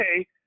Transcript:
okay